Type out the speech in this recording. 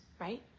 right